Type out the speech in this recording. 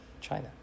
China